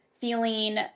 feeling